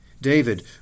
David